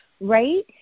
right